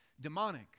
demonic